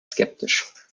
skeptisch